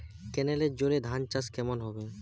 কেনেলের জলে ধানচাষ কেমন হবে?